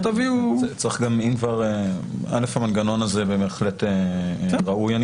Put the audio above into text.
המנגנון הזה בהחלט ראוי.